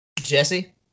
Jesse